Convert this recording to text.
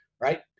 right